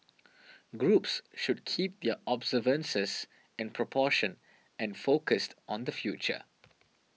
groups should keep their observances in proportion and focused on the future